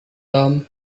tom